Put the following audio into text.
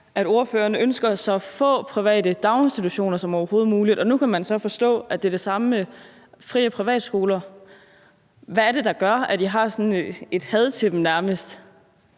at ordføreren ønsker så få private daginstitutioner som overhovedet muligt, og nu kan man så forstå, at det er det samme med hensyn til fri- og privatskoler. Hvad er det, der gør, at I har sådan nærmest